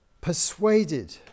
persuaded